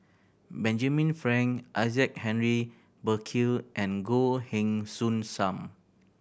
Benjamin Frank Isaac Henry Burkill and Goh Heng Soon Sam